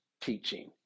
teaching